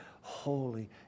holy